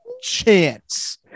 chance